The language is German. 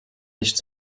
nicht